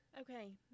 Okay